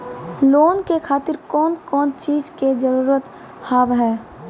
Loan के खातिर कौन कौन चीज के जरूरत हाव है?